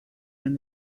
when